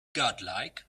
godlike